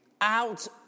out